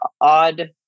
odd